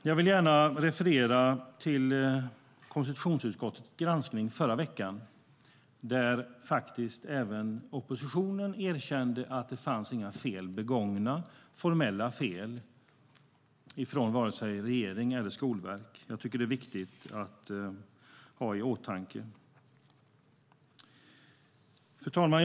Jag vill gärna referera till konstitutionsutskottets granskning förra veckan, där även oppositionen erkände att det inte fanns några formella fel begångna från vare sig regeringen eller Skolverket. Jag tycker att det är viktigt att ha det i åtanke. Fru talman!